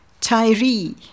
tyree